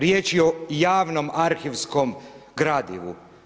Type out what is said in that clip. Riječ je o javnom arhivskom gradivu.